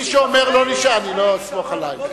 אני לא אסמוך עלייך.